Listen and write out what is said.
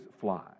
fly